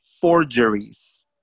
forgeries